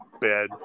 bed